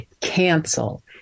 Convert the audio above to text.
cancel